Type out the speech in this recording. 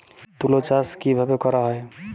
তুলো চাষ কিভাবে করা হয়?